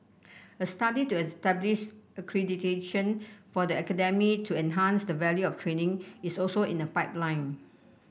a study to establish accreditation for the academy to enhance the value of training is also in the pipeline